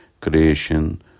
creation